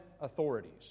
authorities